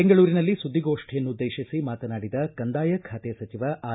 ಬೆಂಗಳೂರಿನಲ್ಲಿ ಸುದ್ದಿಗೋಷ್ಠಿಯನ್ನುದ್ದೇಶಿಸಿ ಮಾತನಾಡಿದ ಕಂದಾಯ ಬಾತೆ ಸಚಿವ ಆರ್